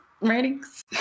ratings